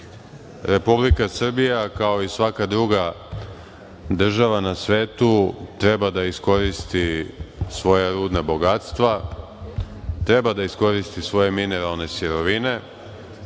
Republika Srbija, kao i svaka druga država na svetu treba da iskoristi svoja rudna bogatstva, treba da iskoristi svoje mineralne sirovine,